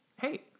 Hey